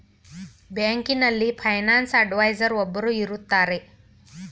ಬ್ಯಾಂಕಿನಲ್ಲಿ finance adviser ಒಬ್ಬರು ಇರುತ್ತಾರೆ